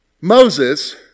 Moses